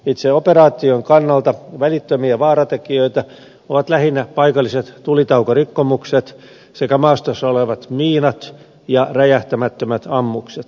itse operaation kannalta välittömiä vaaratekijöitä ovat lähinnä paikalliset tulitaukorikkomukset sekä maastossa olevat miinat ja räjähtämättömät ammukset